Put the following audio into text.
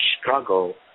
struggle